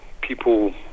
people